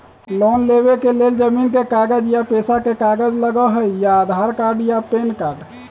Loan लेवेके लेल जमीन के कागज या पेशा के कागज लगहई या आधार कार्ड या पेन कार्ड?